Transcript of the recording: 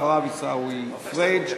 אחריו, עיסאווי פריג'.